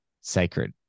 sacred